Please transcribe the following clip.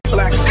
Black